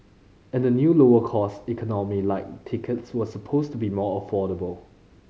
and the new lower cost Economy Lite tickets were supposed to be more affordable